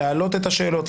להעלות את השאלות,